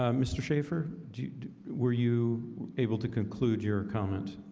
um mr. schaefer, do you were you able to conclude your comment